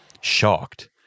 shocked